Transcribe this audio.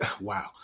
wow